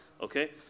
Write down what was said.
okay